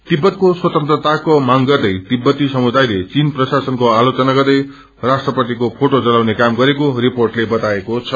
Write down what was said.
तिब्बतको स्वतन्त्रताको माग गर्दै तिब्बी समुदायले चीन प्रशासनको आलोचना गर्दै राष्ट्रपतिको फोटो जलाउने काम गरेको रिपोर्टले बताएको छ